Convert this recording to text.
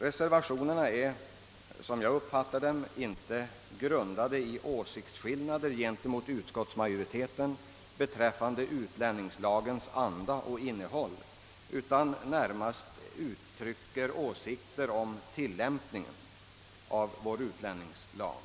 Reservationerna är, som jag uppfattar dem, inte grundade i åsiktsskillnader i jämförelse med utskottsmajoritetens utlåtande beträffande utlänningslagens anda och innehåll utan uttrycker endast åsikter om tillämpningen av vår utlänningslag.